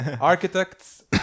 Architects